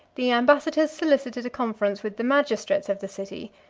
the ambassadors solicited a conference with the magistrates of the city,